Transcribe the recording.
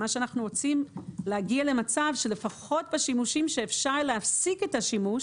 אנחנו רוצים להגיע למצב שלפחות בשימושים שאפשר להפסיק את השימוש